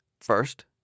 First